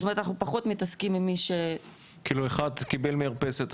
זאת אומרת אנחנו פחות מתעסקים עם מי ש- כאילו אחד קיבל מרפסת,